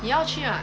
你要去 mah